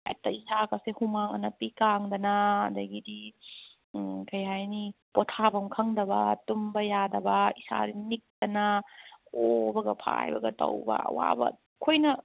ꯍꯦꯛꯇ ꯏꯁꯥꯒꯁꯦ ꯍꯨꯃꯥꯡ ꯑꯅꯞꯄꯤ ꯀꯥꯡꯗꯅ ꯑꯗꯒꯤꯗꯤ ꯀꯔꯤ ꯍꯥꯏꯅꯤ ꯄꯣꯊꯥꯕꯝ ꯈꯪꯗꯕ ꯇꯨꯝꯕ ꯌꯥꯗꯕ ꯏꯁꯥꯁꯦ ꯅꯤꯛꯇꯅ ꯑꯣꯕꯒ ꯐꯥꯏꯕꯒ ꯇꯧꯕ ꯑꯋꯥꯕ ꯑꯩꯈꯣꯏꯅ